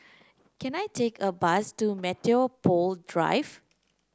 can I take a bus to Metropole Drive